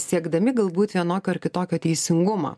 siekdami galbūt vienokio ar kitokio teisingumo